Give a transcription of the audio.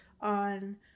on